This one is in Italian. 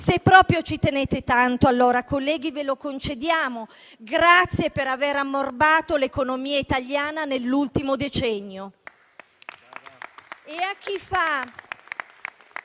Se proprio ci tenete tanto, onorevoli colleghi, ve lo concediamo: grazie per aver ammorbato l'economia italiana nell'ultimo decennio!